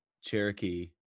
Cherokee